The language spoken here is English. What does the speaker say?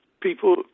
people